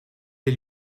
les